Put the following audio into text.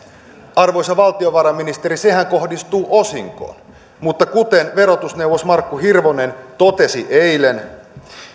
arvoisa valtiovarainministeri sehän kohdistuu osinkoon mutta kuten verotusneuvos markku hirvonen totesi eilen